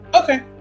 Okay